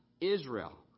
Israel